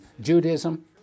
Judaism